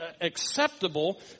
acceptable